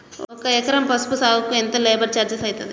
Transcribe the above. ఒక ఎకరం పసుపు సాగుకు ఎంత లేబర్ ఛార్జ్ అయితది?